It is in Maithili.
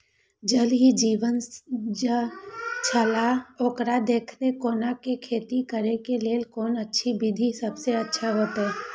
ज़ल ही जीवन छलाह ओकरा देखैत कोना के खेती करे के लेल कोन अच्छा विधि सबसँ अच्छा होयत?